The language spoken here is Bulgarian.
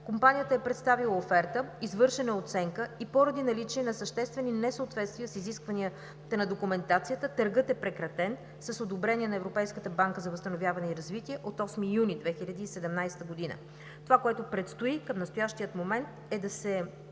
Компанията е представила оферта, извършена е оценка и поради наличие на съществени несъответствия с изискванията на документацията, търгът е прекратен с одобрение на Европейската банка за възстановяване и развитие от 8 юни 2017 г. Това, което предстои към настоящия момент, е да се